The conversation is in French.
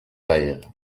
vayres